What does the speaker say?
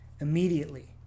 immediately